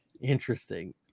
interesting